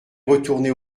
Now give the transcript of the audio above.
retourner